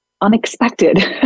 unexpected